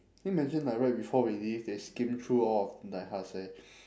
can you imagine like right before we leave they skim through all of like how to say